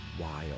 wild